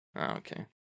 Okay